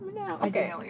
Okay